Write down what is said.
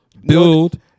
build